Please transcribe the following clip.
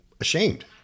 ashamed